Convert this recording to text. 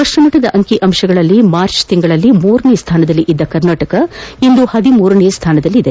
ರಾಷ್ಷಮಟ್ಟದ ಅಂಕಿಅಂಶಗಳಲ್ಲಿ ಮಾರ್ಚ್ನಲ್ಲಿ ಮೂರನೇ ಸ್ಥಾನದಲ್ಲಿದ್ದ ಕರ್ನಾಟಕ ಇಂದು ಹದಿಮೂರನೇ ಸ್ಥಾನದಲ್ಲಿದೆ